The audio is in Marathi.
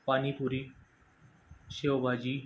पानीपुरी शेवभाजी